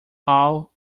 all